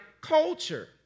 culture